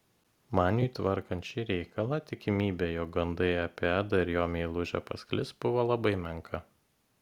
maniui tvarkant šį reikalą tikimybė jog gandai apie edą ir jo meilužę pasklis buvo labai menka